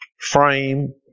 frame